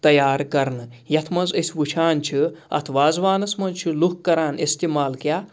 تیار کَرنہٕ یَتھ منٛز أسۍ وٕچھان چھِ اَتھ وازوانَس منٛز چھِ لُکھ کَران استعمال کیٛاہ